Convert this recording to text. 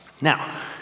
now